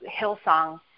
Hillsong